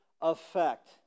effect